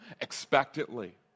expectantly